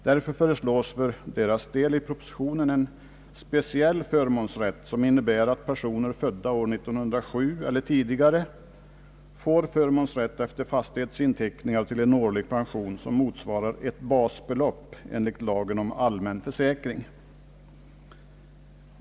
Därför föreslås i propositionen för deras del en speciell förmånsrätt, som innebär att personer födda år 1907 eller tidigare får förmånsrätt efter fastighetsinteckning till en årlig pension som motsvarar ett basbelopp enligt lagen om allmän försäkring.